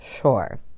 Sure